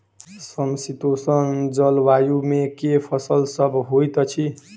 समशीतोष्ण जलवायु मे केँ फसल सब होइत अछि?